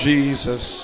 Jesus